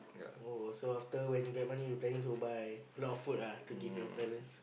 oh so after when you get money you planning to buy a lot of food ah to give your parents